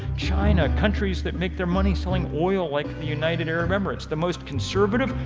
china, countries that make their money selling oil like the united arab emirates, the most conservative,